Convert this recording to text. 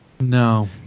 No